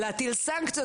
להטיל סנקציות,